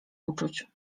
uczuć